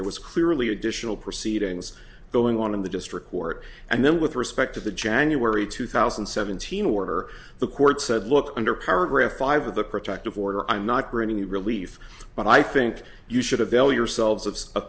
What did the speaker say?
there was clearly additional proceedings going on in the district court and then with respect to the january two thousand and seventeen order the court said look under paragraph five of the protective order i'm not bringing the relief but i think you should have l yourselves